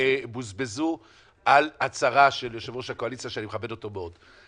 75% מהדין בוזבז על הצהרה של יושב-ראש הקואליציה שאני מכבד אותו מאוד.